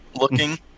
looking